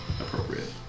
appropriate